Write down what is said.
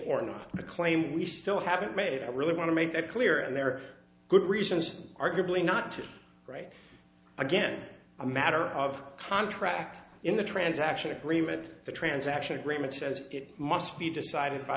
or not the claim we still haven't made i really want to make that clear and there are good reasons arguably not to right again a matter of contract in the transaction agreement the transaction agreement says it must be decided by